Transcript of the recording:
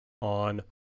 on